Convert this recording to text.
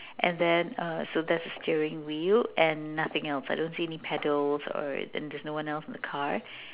and then uh so that is the steering wheel and nothing else I don't see any pedals or and there is no one else in the car